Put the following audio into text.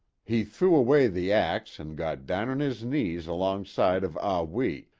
he threw away the axe and got down on is knees alongside of ah wee,